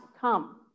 come